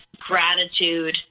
gratitude